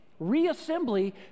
reassembly